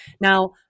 Now